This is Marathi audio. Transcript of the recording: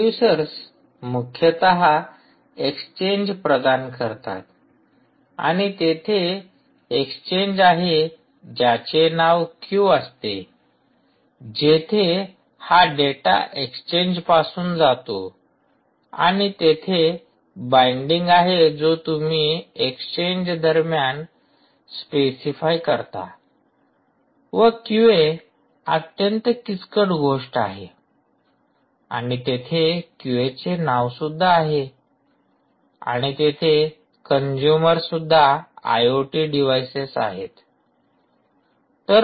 प्रोड्युसर्स मुख्यतः एक्सचेंज प्रदान करतात आणि तेथे एक्सचेंज आहे ज्याचे नाव क्यू असते जेथे हा डेटा एक्सचेंज पासून जातो आणि तेथे बाइंडिंग आहे जो तुम्ही एक्सचेंज दरम्यान स्पेसिफाय करता व क्यूए अत्यंत किचकट गोष्ट आहे आणि तेथे क्यूएचे नाव सुद्धा आहे आणि तेथे कंजूमर सुद्धा आयओटी डिव्हाइसेस आहेत